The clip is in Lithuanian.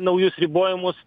naujus ribojimus